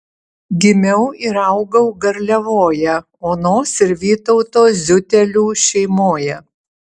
gimiau ir augau garliavoje onos ir vytauto ziutelių šeimoje